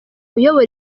uyobora